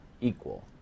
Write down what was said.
equal